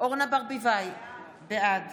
אורנה ברביבאי, בעד